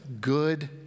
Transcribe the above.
good